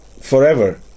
forever